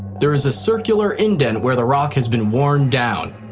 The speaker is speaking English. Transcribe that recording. there is a circular indent where the rock has been worn down.